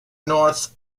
north